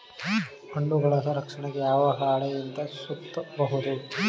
ಹಣ್ಣುಗಳ ರಕ್ಷಣೆಗೆ ಯಾವ ಹಾಳೆಯಿಂದ ಸುತ್ತಬಹುದು?